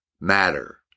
matter